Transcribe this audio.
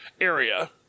area